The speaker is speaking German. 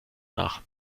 nach